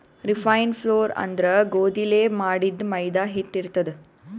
refined flour ಅಂದ್ರ ಗೋಧಿಲೇ ಮಾಡಿದ್ದ್ ಮೈದಾ ಹಿಟ್ಟ್ ಇರ್ತದ್